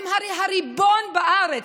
הרי אתם הריבון בארץ.